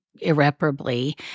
irreparably